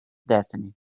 destiny